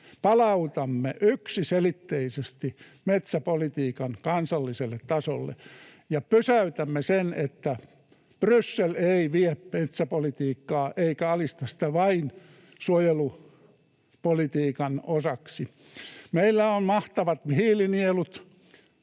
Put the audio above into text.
palautamme yksiselitteisesti metsäpolitiikan kansalliselle tasolle ja pysäytämme tämän niin, että Bryssel ei vie metsäpolitiikkaa eikä alista sitä vain suojelupolitiikan osaksi. Meillä on mahtavat hiilinielut.